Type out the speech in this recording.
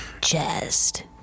chest